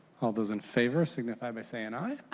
all those in favor signify by saying aye.